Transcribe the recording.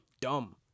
dumb